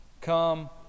come